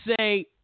say